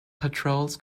patrols